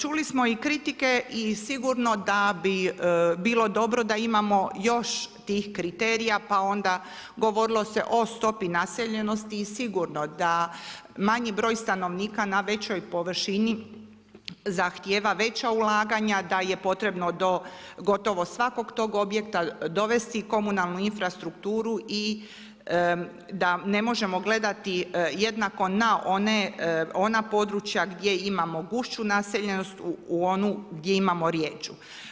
Čuli smo i kritike i sigurno da bi bilo dobro da imamo još tih kriterija pa onda, govorilo se o stopi naseljenosti i sigurno da manji broj stanovnika na većoj površini zahtjeva veća ulaganja, da je potrebno do gotovo svakog tog objekta dovesti komunalnu infrastrukturu i da ne možemo gledati jednako na ona područja gdje imamo gušću naseljenost u onu gdje imamo rjeđu.